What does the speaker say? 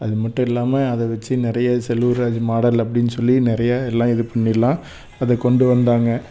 அது மட்டும் இல்லாமல் அதை வச்சு நிறைய செல்லூர் ராஜ் மாடல் அப்படின் சொல்லி நிறைய எல்லாம் இது பண்ணில்லாம் அதை கொண்டு வந்தாங்க